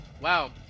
Wow